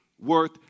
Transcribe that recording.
worth